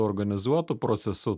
organizuotu procesu